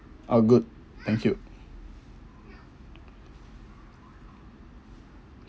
ah good thank you